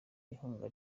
ihunga